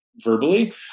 verbally